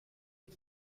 les